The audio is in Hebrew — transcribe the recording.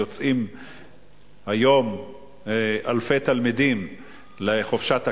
והיום יוצאים אלפי תלמידים לחופשת הקיץ.